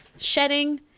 shedding